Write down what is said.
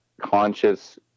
conscious